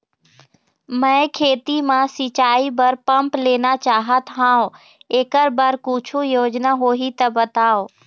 मैं खेती म सिचाई बर पंप लेना चाहत हाव, एकर बर कुछू योजना होही त बताव?